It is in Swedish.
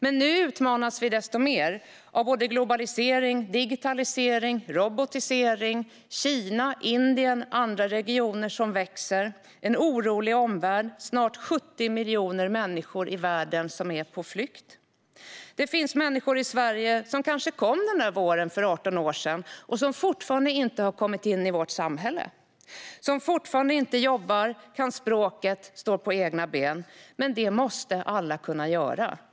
Men nu utmanas vi desto mer av globalisering, digitalisering och robotisering, av Kina, Indien och andra regioner som växer och av en orolig omvärld, där snart 70 miljoner människor är på flykt. Det finns människor i Sverige som kanske kom den där våren för 18 år sedan men som fortfarande inte har kommit in i vårt samhälle - som fortfarande inte jobbar, inte kan språket och inte står på egna ben. Men det måste alla kunna göra.